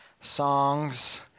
songs